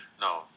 No